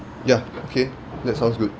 yup okay that sounds good